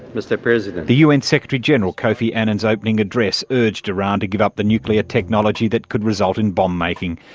mr president. the un secretary-general, kofi annan's opening address urged iran to give up the nuclear technology that could result in bomb-making,